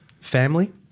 Family